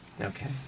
Okay